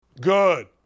Good